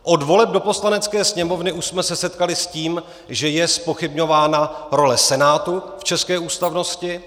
Od voleb do Poslanecké sněmovny už jsme se setkali s tím, že je zpochybňována role Senátu v české ústavnosti.